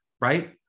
right